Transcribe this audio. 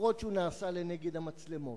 אפילו שנעשה לנגד המצלמות?